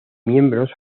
miembros